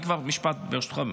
משפט אחד, ברשותך.